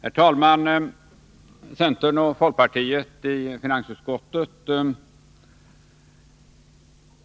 Herr talman! Centerns och folkpartiets representanter i finansutskottet